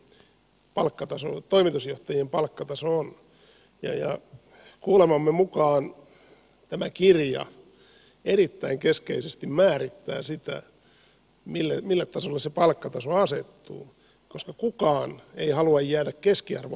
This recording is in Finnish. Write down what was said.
kuulemamme mukaan tämä kirja erittäin keskeisesti määrittää sitä mille tasolle se palkkataso asettuu koska kukaan ei halua jäädä keskiarvon alapuolelle